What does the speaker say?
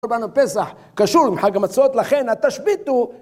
כמובן הפסח קשור לחג המצוות, לכן התשביט הוא...